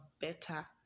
better